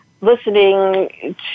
listening